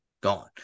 gone